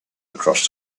across